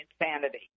insanity